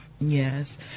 Yes